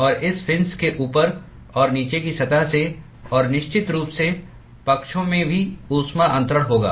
और इस फिन्स के ऊपर और नीचे की सतह से और निश्चित रूप से पक्षों में भी ऊष्मा अन्तरण होगा